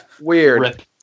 Weird